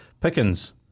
Pickens